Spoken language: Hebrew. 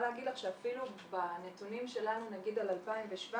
להגיד לך שאפילו בנתונים שלנו על 2017,